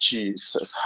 Jesus